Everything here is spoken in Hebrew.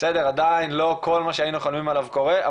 עדיין לא כל מה שהיינו חולמים עליו קורה,